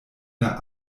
der